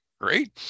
Great